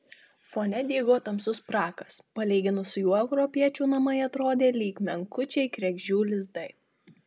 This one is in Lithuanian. fone dygo tamsus prakas palyginus su juo europiečių namai atrodė lyg menkučiai kregždžių lizdai